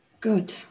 Good